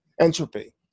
entropy